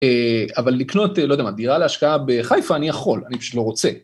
אבל לקנות, לא יודע מה, דירה להשקעה בחיפה אני יכול, אני פשוט לא רוצה.